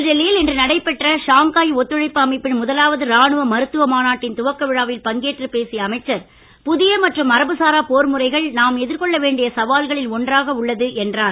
புதுடில்லியில் இன்று நடைபெற்ற ஷாங்காய் ஒத்துழைப்பு அமைப்பின் முதலாவது ராணுவ மருத்துவ மாநாட்டின் துவக்க விழாவில் பங்கேற்றுப் பேசிய அமைச்சர் புதிய மற்றும் மரபுசாரா போர் முறைகள் நாம் எதிர்கொள்ள வேண்டிய சவால்களில் ஒன்றாக உள்ளது என்றார்